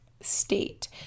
State